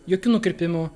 jokių nukrypimų